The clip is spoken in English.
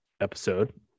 episode